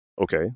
okay